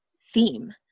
theme